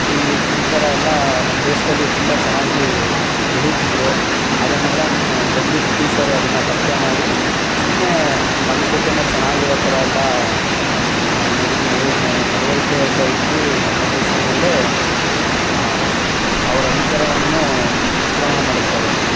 tea ಈ ಥರ ಎಲ್ಲ ನಮ್ಮ ದೇಶದಲ್ಲಿ ತುಂಬ ಚೆನ್ನಾಗಿ ಬೆಳೀತಿದ್ರು ಅದನ್ನೆಲ್ಲ ಬಂದು ಬ್ರಿಟಿಷರು ಅದನ್ನೆಲ್ಲ ಪತ್ತೆ ಮಾಡಿ ಸುಮ್ಮನೆ ನಮ್ಮ ಜೊತೇನೆ ಚೆನ್ನಾಗಿ ಇರೋ ಥರ ಅಲ್ಲ ನಡ ನಡ ನಡವಳಿಕೆ ಇಂದ ಇಡೀ ನಮ್ಮ ದೇಶ ಮೇಲೆ ಅವರ ಅಧಿಕಾರವನ್ನು ಅಕ್ರಮಣ ಮಾಡುತ್ತಾರೆ